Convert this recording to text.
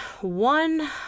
one